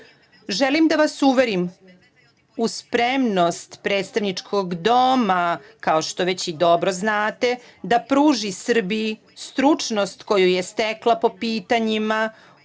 da vas uverim u spremnost Predstavničkog doma, kao što već i dobro znate, da pruži Srbiji stručnost koju je stekla po pitanjima